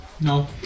no